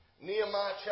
Nehemiah